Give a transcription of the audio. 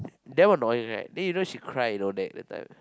damn annoying right then you know she cried you know that time